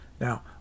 now